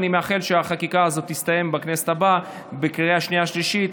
אני מאחל שהחקיקה הזאת תסתיים בכנסת הבאה בקריאה שנייה ושלישית,